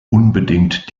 unbedingt